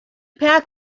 pack